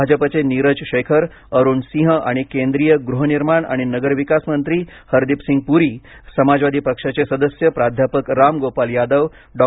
भाजपाचे नीरज शेखर अरुण सिंह आणि केंद्रीय गृहनिर्माण आणि नगरविकास मंत्री हरदीपसिंग पुरी समाजवादी पक्षाचे सदस्य प्राध्यापक राम गोपाल यादव डॉ